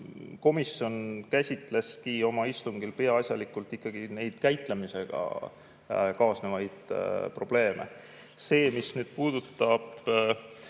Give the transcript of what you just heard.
komisjon käsitleski oma istungil peaasjalikult käitlemisega kaasnevaid probleeme. See, mis puudutab